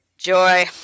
Joy